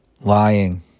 lying